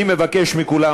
אני מבקש מכולם,